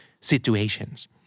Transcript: situations